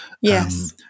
Yes